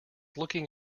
looking